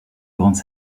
grandes